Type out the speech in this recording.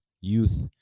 youth